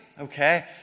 okay